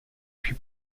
più